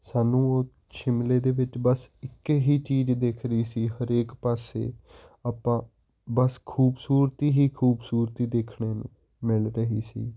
ਸਾਨੂੰ ਓ ਸ਼ਿਮਲੇ ਦੇ ਵਿੱਚ ਬਸ ਇੱਕੇ ਹੀ ਚੀਜ ਦਿਖ ਰਹੀ ਸੀ ਹਰੇਕ ਪਾਸੇ ਆਪਾਂ ਬਸ ਖੂਬਸੂਰਤੀ ਹੀ ਖੂਬਸੂਰਤੀ ਦੇਖਣੇ ਨੂੰ ਮਿਲ ਰਹੀ ਸੀ